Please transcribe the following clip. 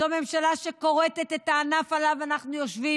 זו ממשלה שכורתת את הענף שעליו אנחנו יושבים,